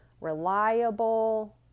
reliable